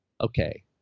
okay